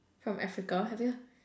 from Africa have you